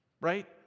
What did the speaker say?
right